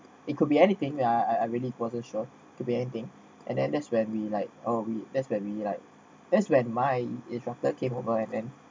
it could be anything that I I really wasn't sure could be anything and then that's when we like uh we that's what we like that's when my instructor came over and then